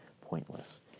pointless